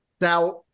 Now